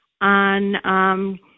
on